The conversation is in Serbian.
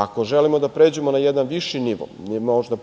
Ako želimo da pređemo na jedan viši nivo,